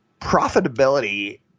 Profitability